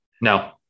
No